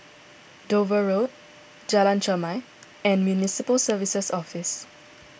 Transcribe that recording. Dover Road Jalan Chermai and Municipal Services Office